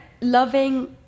loving